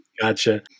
gotcha